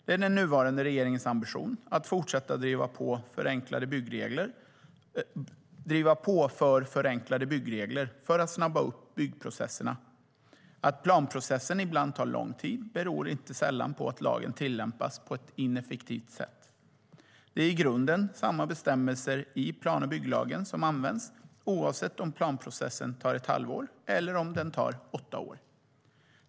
Det är den nuvarande regeringens ambition att fortsätta driva på för förenklade byggregler för att snabba upp byggprocesserna. Att planprocessen ibland tar lång tid beror inte sällan på att lagen tillämpas på ett ineffektivt sätt. Det är i grunden samma bestämmelser i plan och bygglagen som används, oavsett om planprocessen tar ett halvår eller om den tar åtta år.